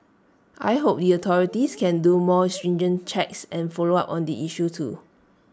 I hope the authorities can do more stringent checks and follow up on the issue too